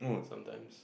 sometimes